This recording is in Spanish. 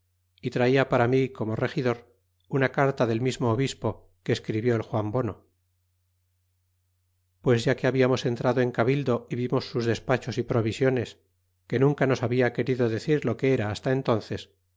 é traia para mi como regidor una carta del mismo obispo que escribió el juan bono pues ya que habiamos entrado en cabildo y vimos sus despachos y provisiones que nunca nos habia querido decir lo que era hasta entnces